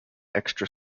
extra